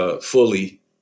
Fully